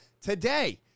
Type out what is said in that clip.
today